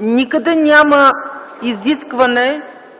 никъде няма изискване